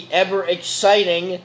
ever-exciting